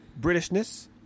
Britishness